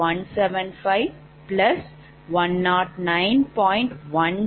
1586X0